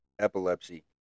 epilepsy